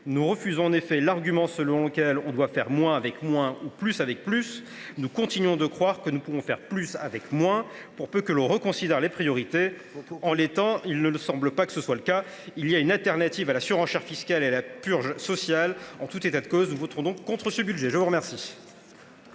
Nous refusons en effet l’argument selon lequel on doit faire moins avec moins ou plus avec plus. Nous continuons de croire que nous pouvons faire plus avec moins, pour peu que l’on reconsidère les priorités. Il faut conclure. Il ne nous semble pas que tel soit le cas. Il y a une solution à la surenchère fiscale et à la purge sociale. En l’état, nous ne pouvons voter ce budget. La parole